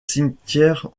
cimetière